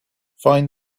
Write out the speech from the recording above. find